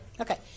Okay